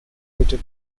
little